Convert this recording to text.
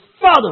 father